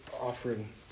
offering